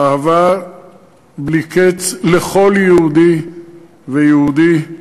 אהבה בלי קץ לכל יהודי ויהודי,